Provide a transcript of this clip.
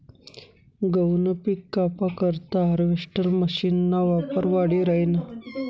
गहूनं पिक कापा करता हार्वेस्टर मशीनना वापर वाढी राहिना